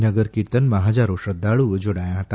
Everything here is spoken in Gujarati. નગરકીર્તનમાં હજારો શ્રધ્ધાળુઓ જોડાયા હતા